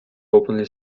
openly